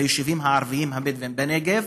ביישובים הערביים הבדואיים בנגב,